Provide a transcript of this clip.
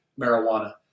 marijuana